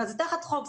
זה תחת חוק.